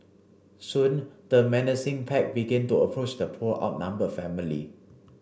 soon the menacing pack began to approach the poor outnumbered family